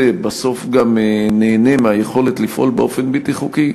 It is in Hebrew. בסוף גם נהנה מהיכולת לפעול באופן בלתי חוקי,